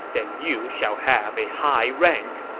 then you shall have a high rank.